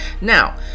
Now